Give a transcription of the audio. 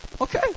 okay